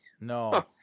No